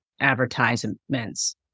advertisements